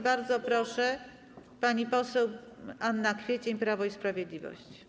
Bardzo proszę, pani poseł Anna Kwiecień, Prawo i Sprawiedliwość.